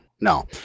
No